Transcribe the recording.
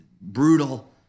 brutal